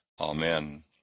Amen